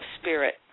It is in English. spirit